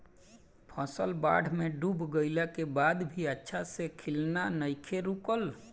फसल बाढ़ में डूब गइला के बाद भी अच्छा से खिलना नइखे रुकल